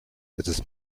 ist